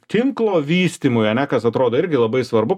tinklo vystymui ane kas atrodo irgi labai svarbu